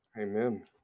amen